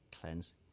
cleanse